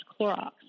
Clorox